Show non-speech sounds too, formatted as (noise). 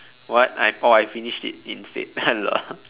what I oh I finished it instead (laughs) lol